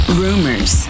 rumors